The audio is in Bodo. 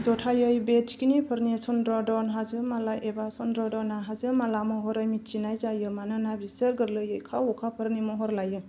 जथायै बे थिखिनिफोरनि चन्द्रद्र'न हाजोमाला एबा चन्द्रद्र'ना हाजोमाला महरै मिथिनाय जायो मानोना बिसोरो गोरलैयै खाव अखाफोरनि महर लायो